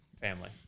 Family